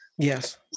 Yes